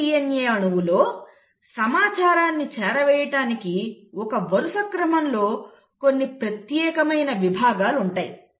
ఈ DNA అణువులో సమాచారాన్ని చేరవేయటానికి ఒక వరుస క్రమంలో కొన్ని ప్రత్యేకమైన విభాగాలు ఉంటాయి